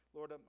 Lord